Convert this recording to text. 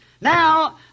Now